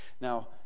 Now